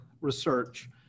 research